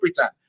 time